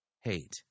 hate